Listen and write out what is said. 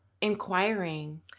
inquiring